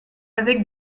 avec